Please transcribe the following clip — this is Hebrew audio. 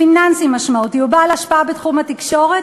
פיננסי משמעותי או בעל השפעה בתחום התקשורת,